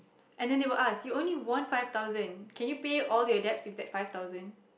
and then they will ask you only won five thousand can you pay all your debts with that five thousand